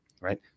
right